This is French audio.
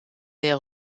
les